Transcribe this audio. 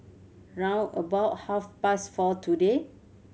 round about half past four today